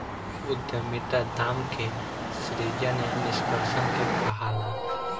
उद्यमिता दाम के सृजन या निष्कर्सन के कहाला